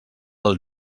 del